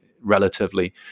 relatively